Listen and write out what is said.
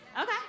Okay